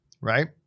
right